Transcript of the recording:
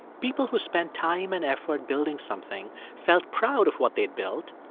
people who spent time and effort building something felt proud of what they had built,